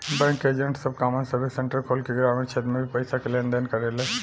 bank के agent सब common service centre खोल के ग्रामीण क्षेत्र में भी पईसा के लेन देन करेले